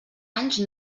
anys